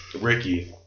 Ricky